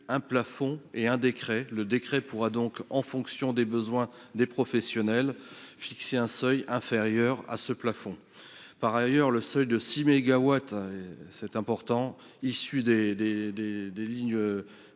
un plafond et un décret : celui-ci pourra donc, en fonction des besoins des professionnels, fixer un seuil inférieur à ce plafond. Par ailleurs, le seuil de six mégawatts, issu des lignes